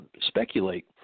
speculate